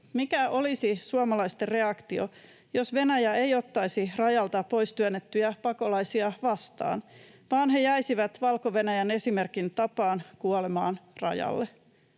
Mikä olisi suomalaisten reaktio, jos Venäjä ei ottaisi rajalta pois työnnettyjä pakolaisia vastaan, vaan he jäisivät Valko-Venäjän esimerkin tapaan kuolemaan rajalle?